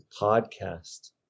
podcast